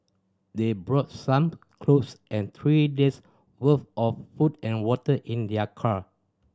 they brought some clothes and three days' worth of food and water in their car